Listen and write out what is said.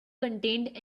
contained